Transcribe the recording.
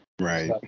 Right